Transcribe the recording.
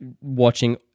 watching